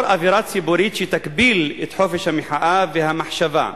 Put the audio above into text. אווירה ציבורית שתגביל את חופש המחאה והמחשבה.